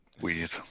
Weird